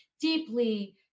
deeply